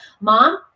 mom